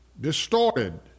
distorted